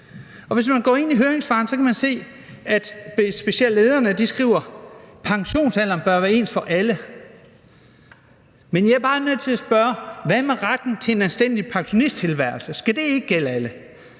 Og hvis man går ind i høringssvarene, kan man se, at specielt lederne skriver: Pensionsalderen bør være ens for alle. Men jeg er bare nødt til at spørge: Hvad med retten til en anstændig pensionisttilværelse? Skal det ikke gælde alle?